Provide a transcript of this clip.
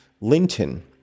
Linton